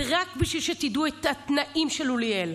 ורק בשביל שתדעו את התנאים של בן אוליאל,